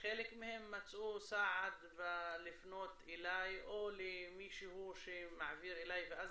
חלק מהן מצאו סעד בלפנות אליי או למישהו שמעביר אליי ואז